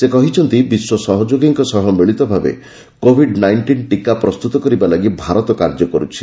ସେ କହିଛନ୍ତି ବିଶ୍ୱ ସହଯୋଗୀଙ୍କ ସହ ମିଳିତଭାବେ କୋଭିଡ ନାଇଷ୍ଟିନ୍ ଟୀକା ପ୍ରସ୍ତୁତ କରିବା ଲାଗି ଭାରତ କାର୍ଯ୍ୟ କରୁଛି